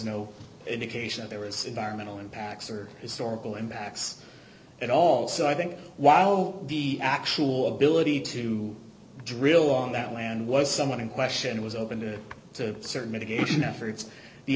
no indication that there was environmental impacts or historical impacts at all so i think while the actual ability to drill on that land was someone in question was opened to certain mitigation efforts the